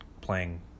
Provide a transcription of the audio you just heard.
playing